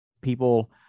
people